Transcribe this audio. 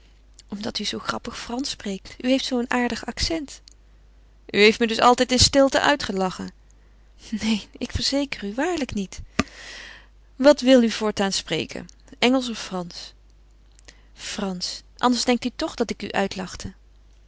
omdat u zoo grappig fransch spreekt u heeft zoo een aardig accent u heeft me dus altijd in stilte uitgelachen neen ik verzeker u waarlijk niet wat wil u voortaan spreken engelsch of fransch fransch anders denkt u toch dat ik u uitlachte